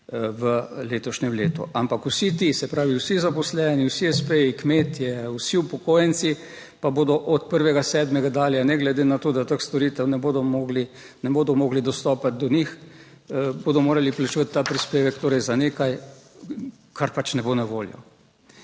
v letošnjem letu. Ampak vsi ti, se pravi vsi zaposleni, vsi espeji, kmetje, vsi upokojenci pa bodo od 1. 7. dalje ne glede na to, da teh storitev ne bodo mogli dostopati do njih, bodo morali plačevati ta prispevek, torej za nekaj, kar pač ne bo na voljo.